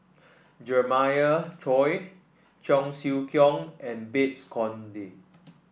Jeremiah Choy Cheong Siew Keong and Babes Conde